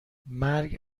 مرگ